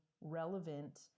relevant